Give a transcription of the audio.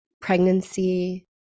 pregnancy